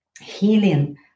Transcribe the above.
healing